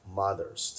mothers